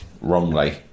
wrongly